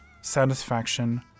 satisfaction